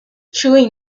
true